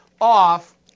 off